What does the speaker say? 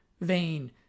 vain